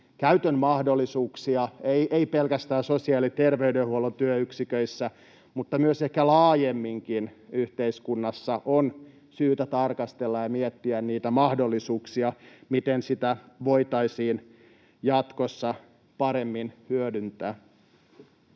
käytön mahdollisuuksia — ei pelkästään sosiaali‑ ja terveydenhuollon työyksiköissä mutta myös ehkä laajemminkin yhteiskunnassa — on syytä tarkastella ja miettiä niitä mahdollisuuksia, miten sitä voitaisiin jatkossa paremmin hyödyntää.